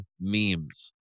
memes